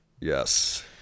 Yes